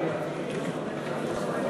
כנסת נכבדה, מה,